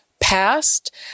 past